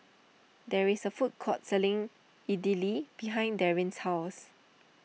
there is a food court selling Idili behind Darrin's house